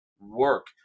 work